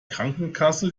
krankenkasse